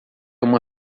uma